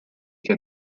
che